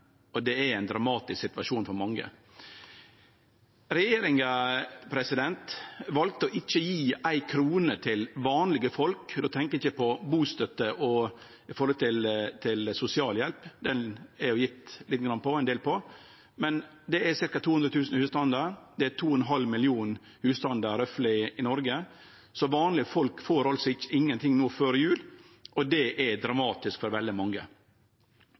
og det er ein dramatisk situasjon for mange. Regjeringa valde å ikkje gje éi krone til vanlege folk. Då tenkjer eg ikkje på bustøtte og sosialhjelp, der er det gjeve ein del. Men det gjeld ca. 200 000 husstandar, og det er røffly 2,5 millionar husstandar i Noreg, så vanlege folk får altså ingen ting no før jul, og det er dramatisk for veldig mange.